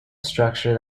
structure